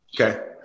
Okay